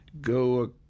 go